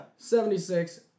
76